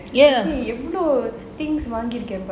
எவ்ளோ:evlo things வாங்கி இருக்கேன் பாரு:vaangi irukkaen paaru